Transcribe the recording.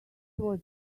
was